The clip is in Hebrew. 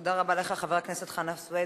תודה רבה לך, חבר הכנסת חנא סוייד.